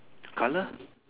color